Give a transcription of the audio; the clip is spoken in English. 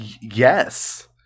yes